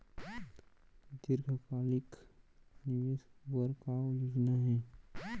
दीर्घकालिक निवेश बर का योजना हे?